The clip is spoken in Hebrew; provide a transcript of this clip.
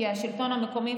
כי השלטון המקומי,